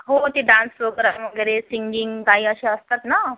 हो ते dance programme वगैरे सिंगिंग काही असे असतात नं